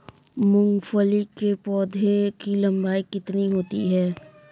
मूंगफली के पौधे की लंबाई कितनी होती है?